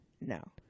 No